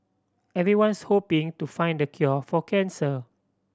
everyone's hoping to find the cure for cancer